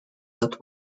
that